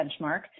benchmark